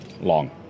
Long